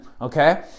okay